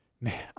man